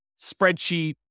spreadsheet